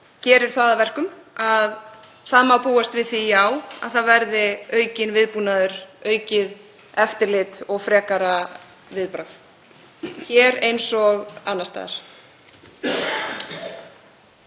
gerir það að verkum að það má búast við því að hér verði aukinn viðbúnaður, aukið eftirlit og frekara viðbragð eins og annars staðar.